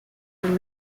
were